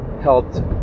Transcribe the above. helped